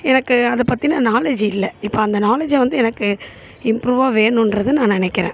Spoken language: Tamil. எனக்கு அதை பற்றின நாலேஜ் இல்லை இப்போ அந்த நாலேஜை வந்து எனக்கு இம்ப்ரூவாக வேணுன்றது நான் நினக்கிறேன்